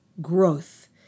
growth